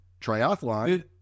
triathlon